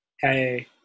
Hey